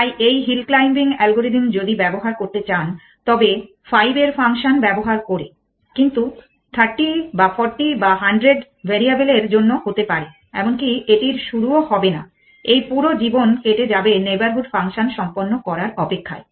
তাই এই hill climbing algorithm যদি ব্যবহার করতে চান তবে 5 এর ফাংশন ব্যবহার করে কিন্তু 30 বা 40 বা 100 ভ্যারিয়েবল এর জন্য হতে পারে এমনকি এটির শুরুও হবে না এই পুরো জীবন কেটে যাবে নেইবরহুড ফাংশন সম্পন্ন করার অপেক্ষায়